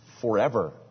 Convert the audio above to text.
forever